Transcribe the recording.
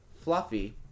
Fluffy